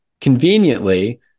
conveniently